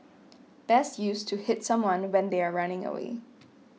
best used to hit someone when they are running away